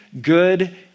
good